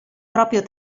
proprio